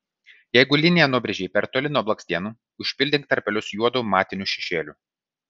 jeigu liniją nubrėžei per toli nuo blakstienų užpildyk tarpelius juodu matiniu šešėliu